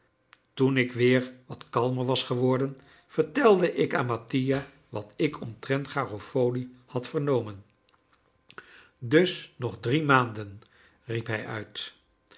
toen ik weer wat kalmer was geworden vertelde ik aan mattia wat ik omtrent garofoli had vernomen dus nog drie maanden riep hij uit